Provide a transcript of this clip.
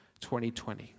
2020